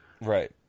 Right